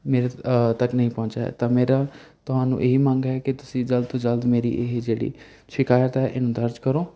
ਮੇਰੇ ਤੱਕ ਨਹੀਂ ਪਹੁੰਚਿਆ ਹੈ ਤਾਂ ਮੇਰਾ ਤੁਹਾਨੂੰ ਇਹ ਹੀ ਮੰਗ ਹੈ ਕਿ ਤੁਸੀਂ ਜਲਦ ਤੋਂ ਜਲਦ ਮੇਰੀ ਇਹ ਜਿਹੜੀ ਸ਼ਿਕਾਇਤ ਹੈ ਇਹਨੂੰ ਦਰਜ ਕਰੋ